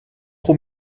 pro